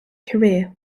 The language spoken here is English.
career